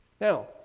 Now